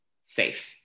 safe